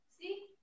See